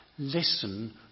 Listen